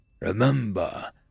Remember